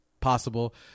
possible